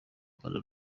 rwanda